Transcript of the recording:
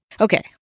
Okay